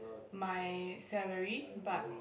my salary but